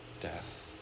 death